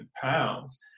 pounds